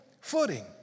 footing